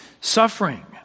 Suffering